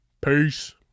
Peace